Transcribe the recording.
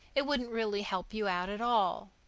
it wouldn't really help you out at all,